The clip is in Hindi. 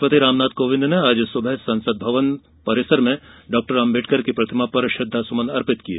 राष्ट्रपति रामनाथ कोविंद ने आज सुबह संसद भवन परिसर में डॉ अम्बेडकर की प्रतिमा पर श्रद्धा सुमन अर्पित किए